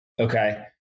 Okay